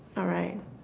alright